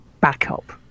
backup